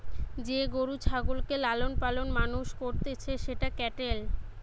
যে গরু ছাগলকে লালন পালন মানুষ করতিছে সেটা ক্যাটেল